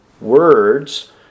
Words